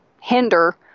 hinder